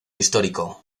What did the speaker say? histórico